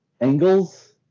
angles